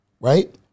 right